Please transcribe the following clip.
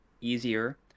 easier